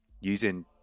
using